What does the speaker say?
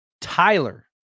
Tyler